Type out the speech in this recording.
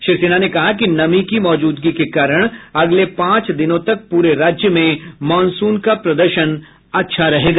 श्री सिन्हा ने कहा कि नमी की मौजूदगी के कारण अगले पांच दिनों तक पूरे राज्य में मॉनसून का प्रदर्शन अच्छा रहेगा